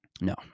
No